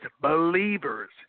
believers